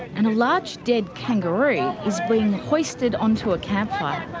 and a large, dead kangaroo is being hoisted onto a campfire.